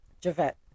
javette